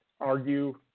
argue –